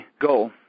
goal